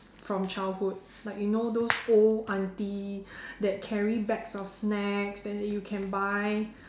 from childhood like you know those old aunty that carry bags of snacks then you can buy